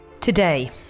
Today